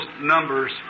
numbers